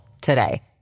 today